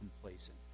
complacent